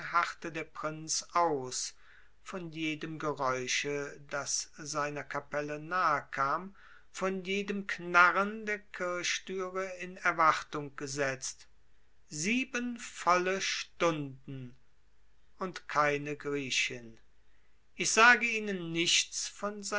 harrte der prinz aus von jedem geräusche das seiner kapelle nahekam von jedem knarren der kirchtüre in erwartung gesetzt sieben volle stunden und keine griechin ich sage ihnen nichts von